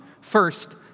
first